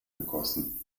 gegossen